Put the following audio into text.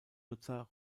nutzer